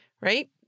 right